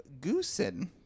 Goosen